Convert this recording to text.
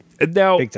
Now